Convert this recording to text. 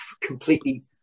completely